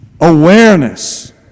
Awareness